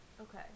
Okay